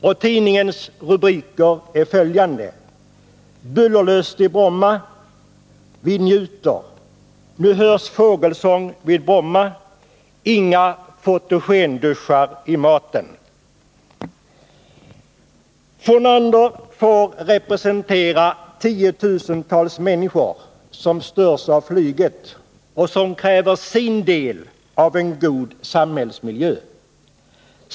Och tidningens rubriker är följande: Bullerlöst i Bromma. Vi njuter. Nu hörs fågelsång vid Bromma. Inga fotogenduschar i maten. Fornander får representera tiotusentals människor som störs av flyget och som kräver sin del av en god samhällsmiljö.